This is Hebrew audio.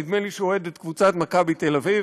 נדמה לי שהוא אוהד את קבוצת "מכבי תל-אביב",